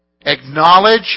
Acknowledge